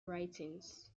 writings